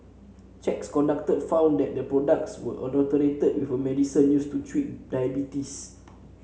checks conducted found that the products were adulterated with a medicine used to treat diabetes